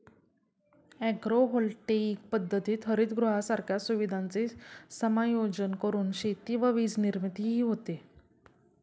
agrovoltaic पद्धतीत हरितगृहांसारख्या सुविधांचे समायोजन करून शेती व वीजनिर्मितीही होते